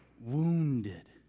wounded